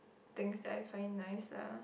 things that I find nice lah